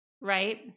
right